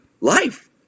Life